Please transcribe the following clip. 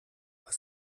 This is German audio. was